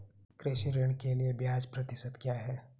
कृषि ऋण के लिए ब्याज प्रतिशत क्या है?